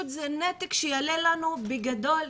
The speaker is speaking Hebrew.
זה נתק שיעלה לנו בגדול,